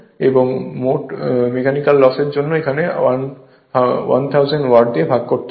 এবং মেকানিকাল লসের জন্য এখানে 1000 ওয়াট দিয়ে ভাগ হবে